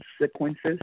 Sequences